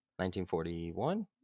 1941